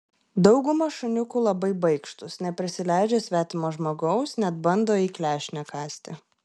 dauguma šuniukų labai baikštūs neprisileidžia svetimo žmogaus net bando į klešnę kąsti